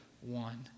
one